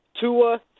Tua